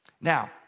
Now